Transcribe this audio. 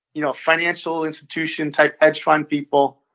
you know, financial institution-type hedge fund people.